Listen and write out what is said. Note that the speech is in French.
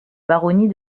baronnie